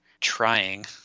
trying